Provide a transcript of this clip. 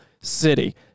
city